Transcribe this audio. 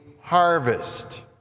harvest